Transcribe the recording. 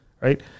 right